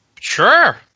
Sure